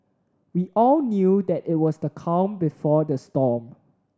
we all knew that it was the calm before the storm